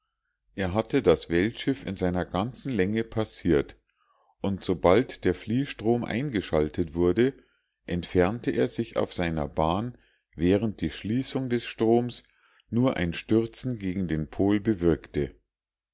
er hatte das weltschiff in seiner ganzen länge passiert und sobald der fliehstrom eingeschaltet wurde entfernte er sich auf seiner bahn während die schließung des stroms nur ein stürzen gegen den pol bewirkte